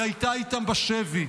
היא הייתה איתם בשבי,